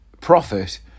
profit